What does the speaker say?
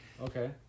okay